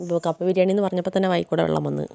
കപ്പ ബിരിയാണിയെന്നു പറഞ്ഞപ്പോൾത്തന്നെ വായിൽക്കൂടി വെള്ളം വന്നു